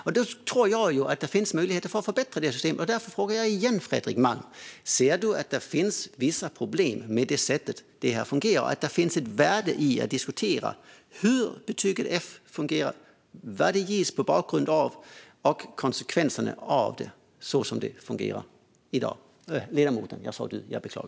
Jag tror ju att det finns möjligheter att förbättra systemet, och därför frågar jag återigen om Fredrik Malm ser att det finns vissa problem med sättet detta fungerar på och om han ser att det finns ett värde i att diskutera hur betyget F fungerar, mot vilken bakgrund det ges och konsekvenserna av det så som det fungerar i dag.